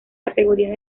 categorías